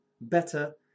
better